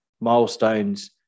milestones